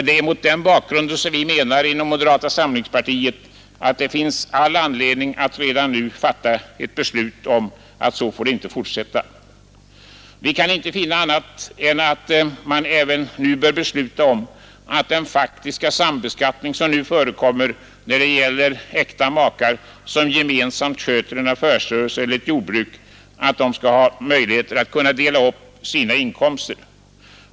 Det är mot denna bakgrund vi inom moderata samlingspartiet menar att det finns all anledning att redan nu fatta ett beslut om att det inte får fortsätta så. Vi kan inte finna annat än att man även bör besluta om att ta bort den faktiska sambeskattning som förekommer när det gäller äkta makar som gemensamt sköter en affärsrörelse eller ett jordbruk; de skall ha möjlighet att dela upp sina inkomster.